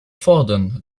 fordern